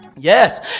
yes